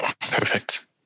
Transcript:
Perfect